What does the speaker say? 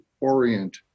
orient